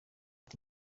ati